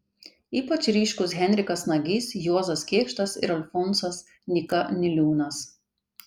ypač ryškūs henrikas nagys juozas kėkštas ir alfonsas nyka niliūnas